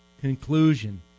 conclusion